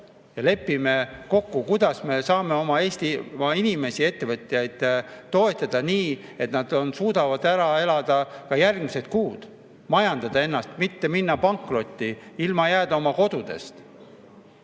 ja lepime kokku, kuidas me saame oma Eestimaa inimesi ja ettevõtjaid toetada nii, et nad suudavad ära elada ka järgmised kuud, majandada ennast, et nad ei peaks minema pankrotti ega peaks oma kodust